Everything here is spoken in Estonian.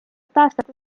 taastada